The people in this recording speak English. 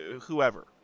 whoever